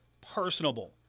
personable